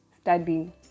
studying